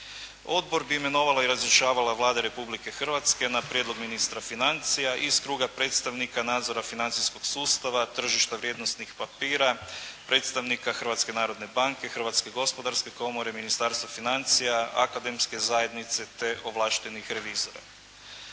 Odbor bi imenovala i razrješavala Vlada Republike Hrvatske na prijedlog ministra financija iz kruga predstavnika nadzora financijskog sustava, tržišta vrijednosnih papira, predstavnika Hrvatske narodne banke, Hrvatske gospodarske komore, Ministarstva financija, Akademske zajednice te ovlaštenih revizora.